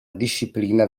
disciplina